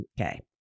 Okay